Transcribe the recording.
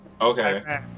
Okay